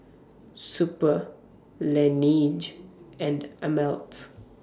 Super Laneige and Ameltz